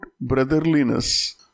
brotherliness